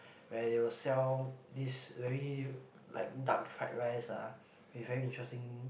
that they will sell this very like duck fried rice ah with very interesting